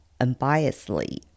unbiasedly